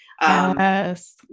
Yes